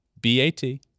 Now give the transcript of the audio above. B-A-T